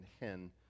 hen